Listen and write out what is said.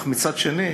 אך מצד שני,